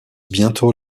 bientôt